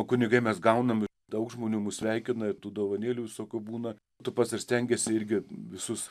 o kunigai mes gaunam daug žmonių mus sveikina ir tų dovanėlių visokių būna tu pats ir stengiasi irgi visus